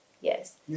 Yes